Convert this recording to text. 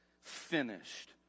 finished